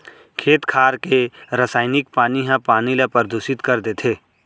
खेत खार के रसइनिक पानी ह पानी ल परदूसित कर देथे